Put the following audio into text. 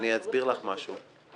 אני רוצה לשאול אותך,